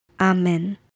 Amen